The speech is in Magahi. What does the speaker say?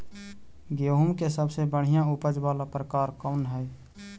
गेंहूम के सबसे बढ़िया उपज वाला प्रकार कौन हई?